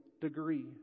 degree